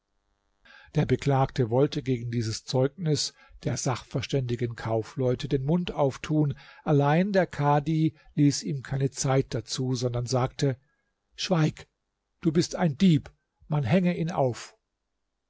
der beklagte wollte gegen dieses zeugnis der sachverständigen kaufleute den mund auftun allein der kadhi ließ ihm keine zeit dazu sondern sagte schweig du bist ein dieb man hänge ihn auf